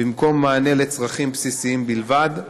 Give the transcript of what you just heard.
במקום מענה לצרכים בסיסיים בלבד?